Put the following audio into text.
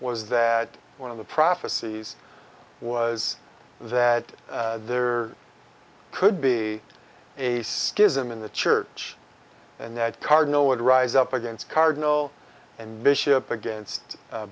was that one of the prophecies was that there could be a schism in the church and that cardinal would rise up against cardinal and bishop against